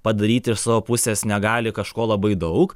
padaryti iš savo pusės negali kažko labai daug